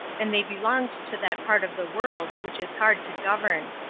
and they belonged to that part of the world which is hard to govern.